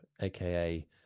aka